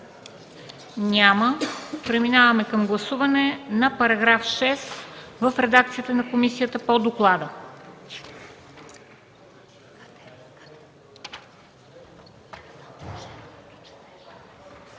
Няма. Преминаваме към гласуване на § 6 в редакцията на комисията по доклада.